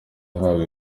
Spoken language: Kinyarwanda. ahabwa